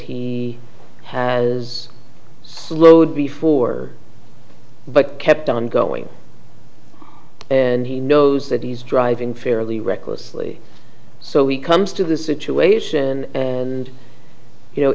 he has slowed before but kept on going and he knows that he's driving fairly recklessly so he comes to the situation and you know